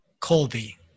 Colby